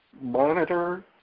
Monitor